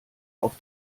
auf